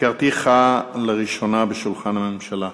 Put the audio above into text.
הכרתיך לראשונה בשולחן הממשלה,